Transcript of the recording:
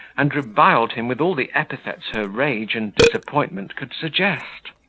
and reviled him with all the epithets her rage and disappointment could suggest.